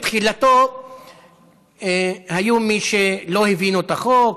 בתחילתו היו מי שלא הבינו את החוק,